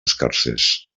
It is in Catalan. escarsers